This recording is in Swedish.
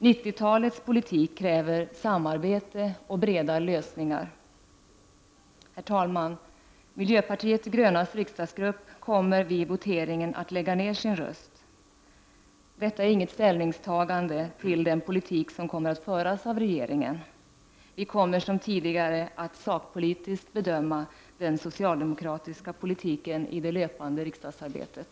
90-talets politik kräver samarbete och breda lösningar. Herr talman! Miljöpartiet de grönas riksdagsgrupp kommer vid voteringen att lägga ned sina röster. Detta är inget ställningstagande till den politik som kommer att föras av regeringen. Vi kommer som tidigare att sakpolitiskt bedöma den socialdemokratiska politiken i det löpande riksdagsarbetet.